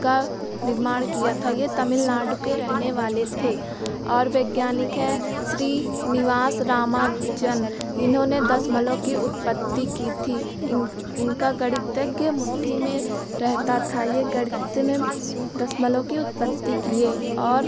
का निर्माण किया था यह तमिलनाडु के रहने वाले थे और वैज्ञानिक है श्रीनिवास रामानुजन इन्होंने दशमलव की उत्पत्ति की थी इन इनका गणितज्ञ मुट्ठी में रहता था यह गणित में दशमलव की उत्पत्ति किए और